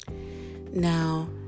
Now